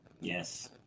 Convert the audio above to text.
Yes